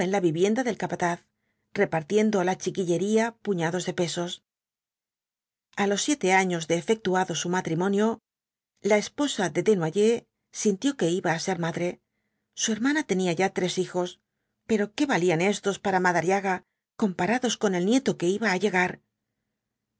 la vivienda del capataz repartiendo á la chiquillería puñados de pesos a los siete años de efectuado su matrimonio la esposa de desnoyers sintió que iba á ser madre su hermana tenía ya tres hijos pero qué valían éstos para madariaga comparados con el nieto que iba á llegar será